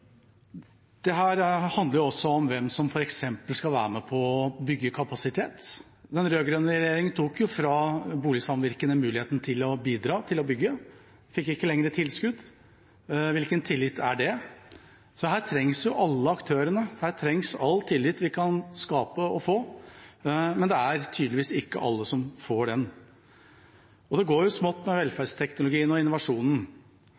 det? Her trengs alle aktører, her trengs all tillit vi kan skape og få, men det er tydeligvis ikke alle som får den. Det går smått med